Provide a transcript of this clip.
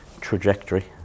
trajectory